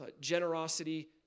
generosity